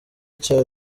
cya